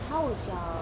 how is your